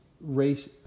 race